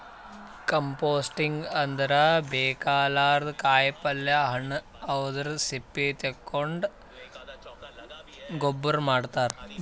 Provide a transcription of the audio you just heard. composting ಅಂದ್ರ ಬೇಕಾಗಲಾರ್ದ್ ಕಾಯಿಪಲ್ಯ ಹಣ್ಣ್ ಅವದ್ರ್ ಸಿಪ್ಪಿಗೊಳ್ ತಗೊಂಡ್ ಗೊಬ್ಬರ್ ಮಾಡದ್